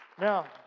Now